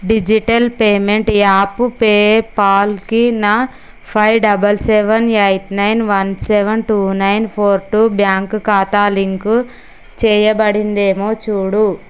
digital payment app పేపాల్కి నా five double seven eight nine one seven two nine four two bank ఖాతా link చేయబడిందేమో చూడుము